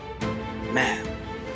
man